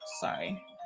Sorry